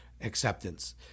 acceptance